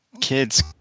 kids